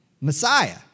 Messiah